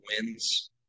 wins